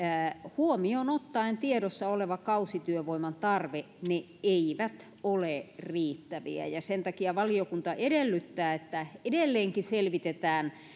huomioon ottaen tiedossa oleva kausityövoiman tarve ne eivät ole riittäviä ja sen takia valiokunta edellyttää että edelleenkin selvitetään